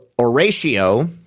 oratio